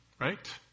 right